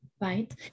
right